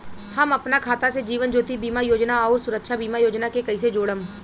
हम अपना खाता से जीवन ज्योति बीमा योजना आउर सुरक्षा बीमा योजना के कैसे जोड़म?